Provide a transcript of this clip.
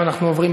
ואנחנו עוברים,